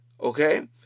Okay